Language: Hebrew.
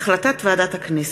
הצעת חוק